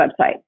website